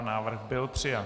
Návrh byl přijat.